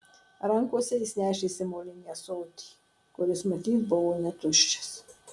rankose jis nešėsi molinį ąsotį kuris matyt buvo netuščias